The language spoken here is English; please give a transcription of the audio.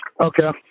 Okay